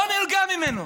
לא נרגע ממנו.